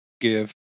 give